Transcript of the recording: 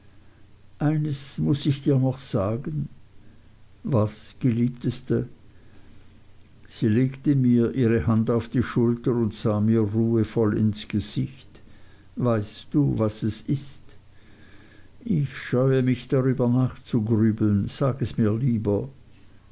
eines muß ich dir noch sagen was geliebteste sie legte mir ihre hand auf die schulter und sah mir ruhevoll ins gesicht weißt du was es ist ich scheue mich darüber nachzugrübeln sag es mir lieber